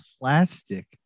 plastic